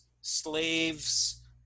slaves